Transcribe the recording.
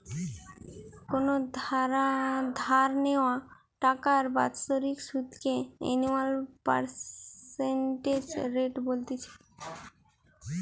কোনো ধার নেওয়া টাকার বাৎসরিক সুধ কে অ্যানুয়াল পার্সেন্টেজ রেট বলতিছে